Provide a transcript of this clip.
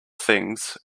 things